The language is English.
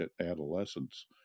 adolescence